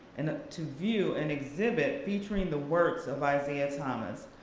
and to view an exhibit featuring the works of isaiah thomas.